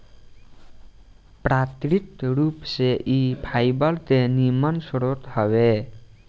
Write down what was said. प्राकृतिक रूप से इ फाइबर के निमन स्रोत हवे